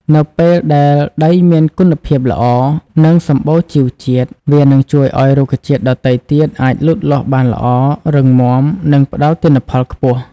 នៅពេលដែលដីមានគុណភាពល្អ និងសម្បូរជីវជាតិ វានឹងជួយឲ្យរុក្ខជាតិដទៃទៀតអាចលូតលាស់បានល្អ រឹងមាំ និងផ្ដល់ទិន្នផលខ្ពស់។